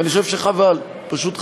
ואני חושב שחבל, פשוט חבל.